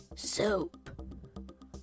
Soap